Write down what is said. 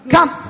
Come